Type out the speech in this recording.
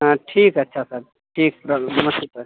हाँ ठीक है अच्छा सर ठीक सर नमस्ते सर